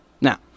Now